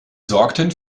sorgten